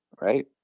right